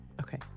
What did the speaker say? Okay